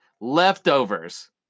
Leftovers